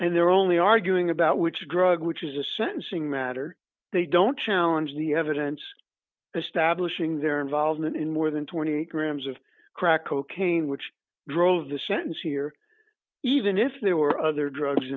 and they're only arguing about which drug which is a sentencing matter they don't challenge the evidence establishing their involvement in more than twenty grams of crack cocaine which drove the sentence here even if there were other drugs